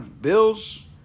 bills